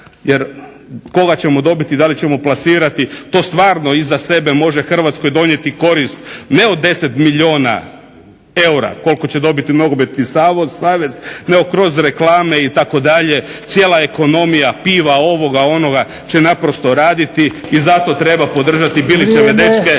Jer koga ćemo dobiti, da li ćemo plasirati to stvarno iza sebe može Hrvatskoj donijeti korist ne od 10 milijuna eura koliko će dobiti nogometni savez, nego kroz reklame itd. Cijela ekonomija piva, ovoga, onoga će naprosto raditi i zato treba podržati Bilićeve dečke